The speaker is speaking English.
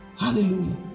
Hallelujah